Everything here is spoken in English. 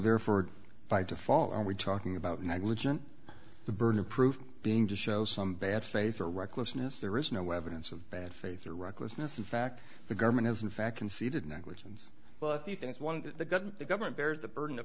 therefore by default and we're talking about negligent the burden of proof being to show some bad faith or recklessness there is no evidence of bad faith or recklessness in fact the government is in fact conceded negligence well a few things one of the good the government bears the burden of